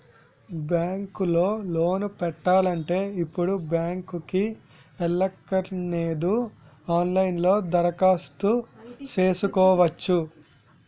bank లో loan పెట్టాలంటే ఇప్పుడు బ్యాంకుకి ఎల్లక్కరనేదు ఆన్ లైన్ లో దరఖాస్తు సేసుకోవచ్చును